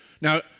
Now